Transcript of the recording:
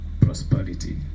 prosperity